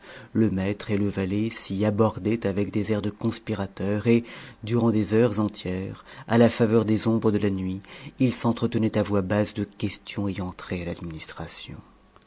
le maître et le valet s'y abordaient avec des airs de conspirateurs et durant des heures entières à la faveur des ombres de la nuit ils s'entretenaient à voix basse de questions ayant trait à l'administration